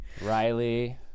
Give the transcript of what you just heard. Riley